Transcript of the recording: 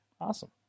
Awesome